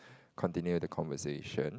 continue the conversation